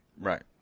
Right